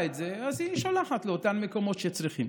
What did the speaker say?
את זה היא שולחת לאותם מקומות שצריכים.